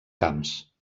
camps